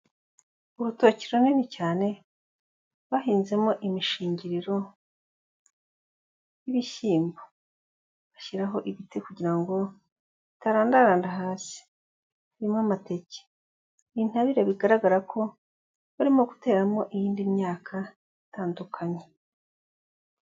Urutoki runini cyane; bahinzemo imishingiriro y'ibishyimbo, bashyiraho ibiti kugirango bitarandaranda hasi, haririmo amateke. Intabire bigaragara ko barimo guteramo iyindi myaka itandukanye.